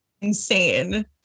insane